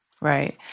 Right